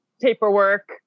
paperwork